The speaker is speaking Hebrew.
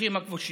בשטחים הכבושים,